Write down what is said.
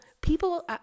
people